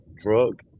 drug